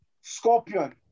Scorpion